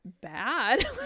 bad